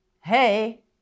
hey